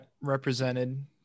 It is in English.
represented